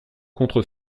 contre